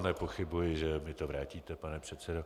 Nepochybuji, že mi to vrátíte, pane předsedo.